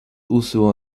also